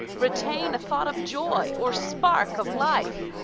retain a thought of joy or spark of life?